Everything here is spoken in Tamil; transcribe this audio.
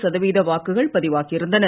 சதவிகித வாக்குகள் பதிவாகியிருந்தன